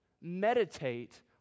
meditate